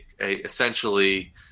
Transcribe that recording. essentially